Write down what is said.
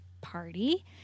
party